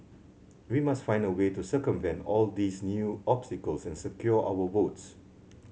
we must find a way to circumvent all these new obstacles and secure our votes